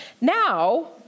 Now